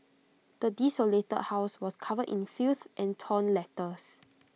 the desolated house was covered in filth and torn letters